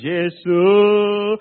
Jesus